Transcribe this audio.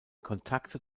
kontakte